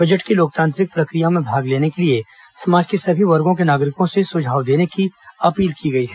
budget की लोकतांत्रिक प्रक्रिया में भाग लेने के लिये समाज के सभी वर्गो के नागरिकों से सुझाव देने की अपील की गई है